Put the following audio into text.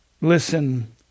Listen